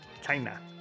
China